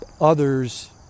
others